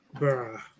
Bruh